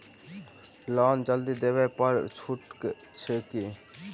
Loan जल्दी देबै पर छुटो छैक की?